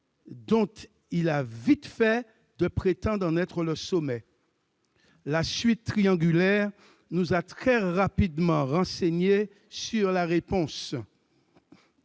dont ils ont vite fait de prétendre être le sommet. La suite, triangulaire, nous a très rapidement renseignés sur la réponse